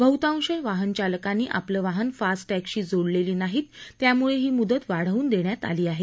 बहुतांश वाहनचालकांनी आपलं वाहनं फास्टटॅंगशी जोडलेली नाहीत त्यामुळे ही मुदत वा बून देण्यात आली आहे